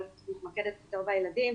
אני מתמקדת יותר בילדים,